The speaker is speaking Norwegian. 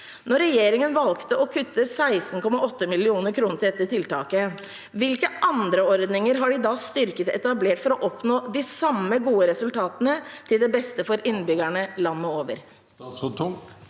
Når regjeringen valgte å kutte 16,8 mill. kr til dette tiltaket, hvilke andre ordninger har den da styrket og etablert for å oppnå de samme gode resultatene, til beste for innbyggerne landet over?